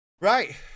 Right